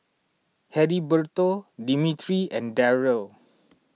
Heriberto Dimitri and Darryle